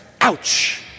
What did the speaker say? Ouch